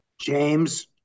James